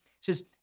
says